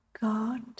God